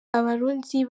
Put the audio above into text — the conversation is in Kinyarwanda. abarundi